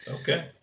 okay